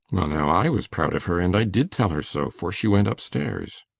well now, i was proud of her and i did tell her so fore she went upstairs,